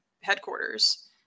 headquarters